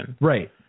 Right